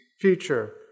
future